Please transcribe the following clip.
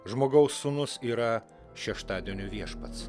žmogaus sūnus yra šeštadienio viešpats